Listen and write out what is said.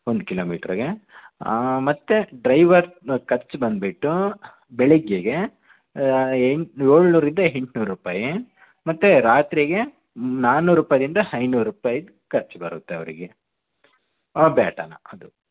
ಒಂದು ಕಿಲೋಮೀಟರಿಗೆ ಮತ್ತು ಡ್ರೈವರ್ ಖರ್ಚು ಬಂದುಬಿಟ್ಟು ಬೆಳಿಗ್ಗೆಗೆ ಎಂಟು ಏಳ್ನೂರರಿಂದ ಎಂಟ್ನೂರು ರೂಪಾಯಿ ಮತ್ತು ರಾತ್ರಿಗೆ ನಾನ್ನೂರು ರೂಪಾಯಿಯಿಂದ ಐನೂರು ರೂಪಾಯಿದ್ದು ಖರ್ಚು ಬರುತ್ತೆ ಅವರಿಗೆ ಹ ಬ್ಯಾಟನ ಅದು